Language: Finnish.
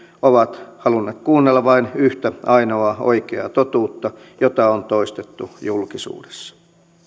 ovat halunneet kuunnella vain yhtä ainoaa oikeaa totuutta jota on toistettu julkisuudessa